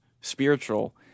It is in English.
spiritual